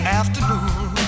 afternoon